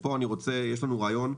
יש לנו רעיון.